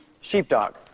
sheepdog